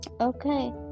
Okay